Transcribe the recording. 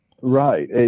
Right